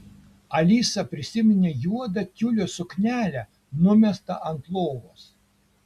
alisa prisiminė juodą tiulio suknelę numestą ant lovos